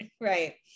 right